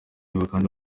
babandi